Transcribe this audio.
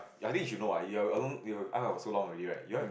I think you should know what you are alone un~ for so long already right you all have